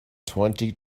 twenty